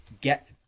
get